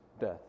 death